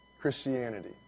Christianity